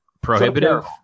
prohibitive